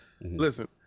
Listen